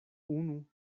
unu